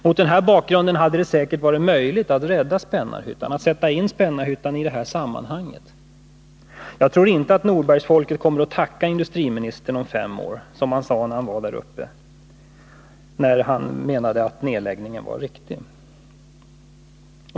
Mot den här bakgrunden hade det säkert varit möjligt att rädda Spännarhyttan, att sätta in Spännarhyttan i det här sammanhanget. Jag tror inte att Norbergsfolket kommer att tacka industriministern om fem år, som han sade till dem då han var där uppe och menade att nedläggningen var riktig.